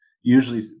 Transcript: usually